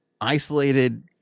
isolated